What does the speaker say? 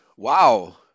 Wow